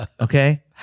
Okay